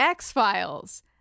X-Files